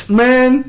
man